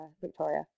Victoria